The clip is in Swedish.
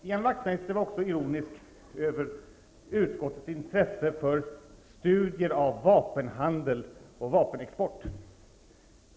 Ian Wachtmeister var också ironisk över utskottets intresse för studier av vapenhandeln och vapenexport.